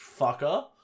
fucker